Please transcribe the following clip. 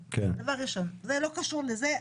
זה לא קשור לדיון,